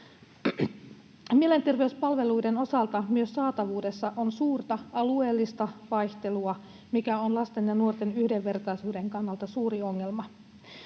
Mielenterveyspalveluiden osalta myös saatavuudessa on suurta alueellista vaihtelua, mikä on lasten ja nuorten yhdenvertaisuuden kannalta suuri ongelma.